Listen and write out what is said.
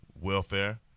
welfare